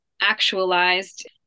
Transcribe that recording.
actualized